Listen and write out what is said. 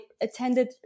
attended